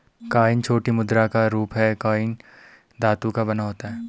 coin छोटी मुद्रा का रूप है कॉइन धातु का बना होता है